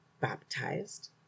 baptized